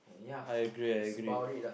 I agree I agree